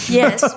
yes